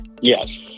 Yes